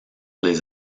les